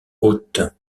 haute